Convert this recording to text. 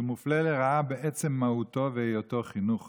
שהוא מופלה לרעה מעצם מהותו והיותו חינוך חרדי.